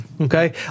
Okay